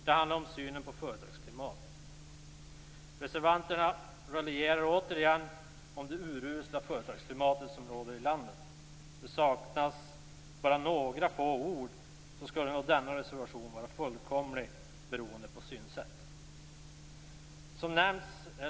Det handlar om synen på företagsklimatet. Reservanterna raljerar återigen om det urusla företagsklimat som råder i landet. Det saknas bara några få ord för att denna reservation skulle vara fullkomlig utifrån det aktuella synsättet.